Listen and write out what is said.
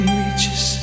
reaches